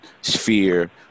sphere